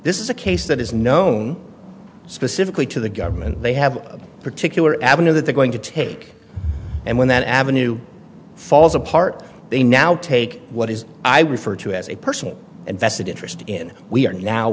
this is a case that is known specifically to the government they have a particular avenue that they're going to take and when that avenue falls apart they now take what is i refer to as a personal and vested interest in we are now